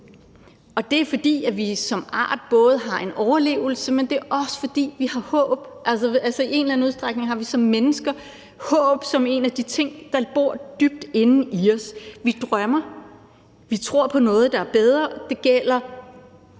Og det er, fordi vi som art både har en trang til overlevelse, men det er også fordi vi har håb. I en eller anden udstrækning har vi som mennesker håb som en af de ting, der bor dybt inden i os. Vi drømmer, vi tror på noget, der er bedre, og det gælder